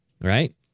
Right